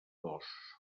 dos